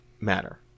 matter